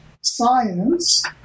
science